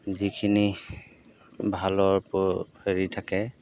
যিখিনি ভালৰ হেৰি থাকে